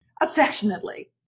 affectionately